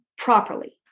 properly